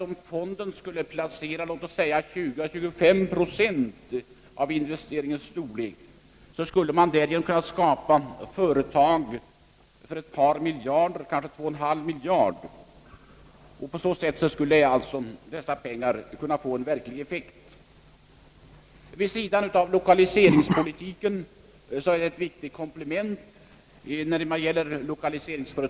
Om fondmedlen skulle svara för exempelvis 20 å 25 procent av investeringarnas storlek, skulle man därige nom bidraga till att skapa företag för kanske 2—232,5 miljarder kronor. På så sätt skulle alltså dessa pengar kunna få en verklig effekt. Detta skulle bli ett viktigt komplement till lokaliseringspolitiken.